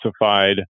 specified